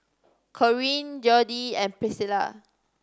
Corene Jodie and Priscila